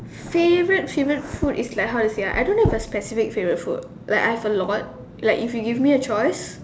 favourite favourite food it's like how to say ah I don't have a specific favourite food like I have a lot like if you give me a choice